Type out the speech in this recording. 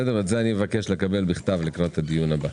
את זה אבקש לקבל בכתב לקראת הדיון הבא.